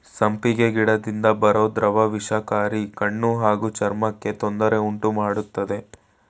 ಸಂಪಿಗೆ ಗಿಡದಿಂದ ಬರೋ ದ್ರವ ವಿಷಕಾರಿ ಕಣ್ಣು ಹಾಗೂ ಚರ್ಮಕ್ಕೆ ತೊಂದ್ರೆ ಉಂಟುಮಾಡ್ತದೆ